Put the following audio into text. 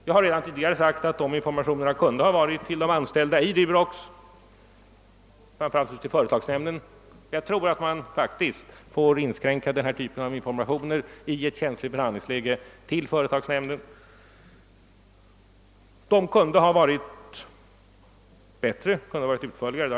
Jag har redan tidigare sagt att informationerna till de anställda i Durox och framför allt till företagsnämnden — jag tror att man i ett känsligt förhandlingsläge får inskränka sig till att ge denna typ av information till företagsnämnden — kunde ha varit utförligare.